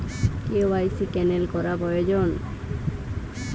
KYC cancel করা প্রয়োজন?